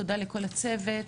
תודה לכל הצוות.